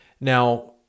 Now